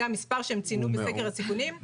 זה המספר שהם ציינו בסקר הסיכונים.